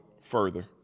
further